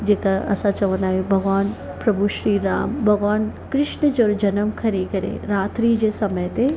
जेका असां चवंदा आहियूं भॻवानु प्रभु श्री राम भॻवानु कृष्ण जो जनमु खणी करे रात्री जे समय ते